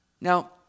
Now